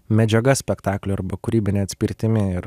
medžiaga spektaklio arba kūrybine atspirtimi ir